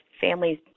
families